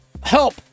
help